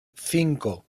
cinco